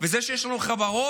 וזה שיש לנו חברות,